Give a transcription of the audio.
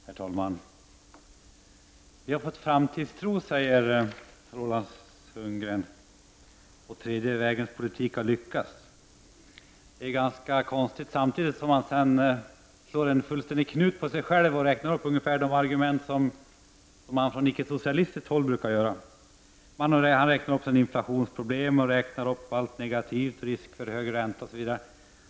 Herr talman! Vi har fått framtidstro, säger Roland Sundgren, och den tredje vägens politik har lyckats. Det är ganska konstigt — samtidigt slår han fullständigt knut på sig själv och räknar upp de argument som man från ickesocialistiskt håll brukar framföra. Han räknar upp allt negativt — inflationsproblem, risk för höga räntor osv.